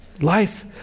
Life